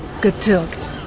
Getürkt